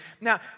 Now